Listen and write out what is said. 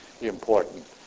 important